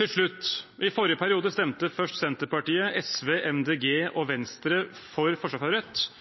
Til slutt: I forrige periode stemte først Senterpartiet, SV, MDG og